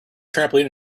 trampoline